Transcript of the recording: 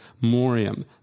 morium